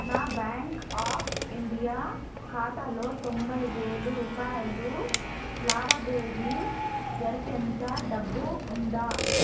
నా bank of India ఖాతాలో తొంబై వేలు రూపాయలు లావాదేవీ జరిపేంత డబ్బు ఉందా